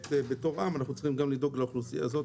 בתור עם אנחנו צריכים לדאוג גם לאוכלוסייה הזאת,